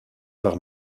par